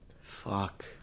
Fuck